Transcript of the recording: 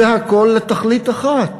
זה הכול לתכלית אחת,